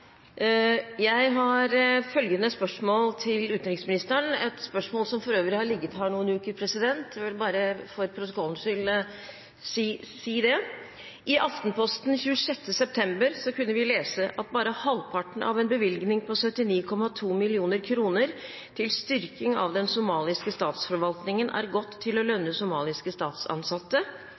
som for øvrig har ligget her noen uker. Jeg vil for protokollens skyld si det. «I Aftenposten 26. september kunne vi lese at bare halvparten av en bevilgning på 79,2 mill. kroner til styrking av den somaliske statsforvaltningen er gått til å lønne somaliske statsansatte,